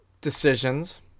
decisions